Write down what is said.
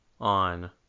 on